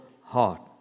heart